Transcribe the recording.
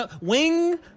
wing